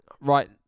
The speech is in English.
Right